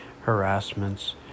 harassments